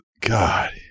God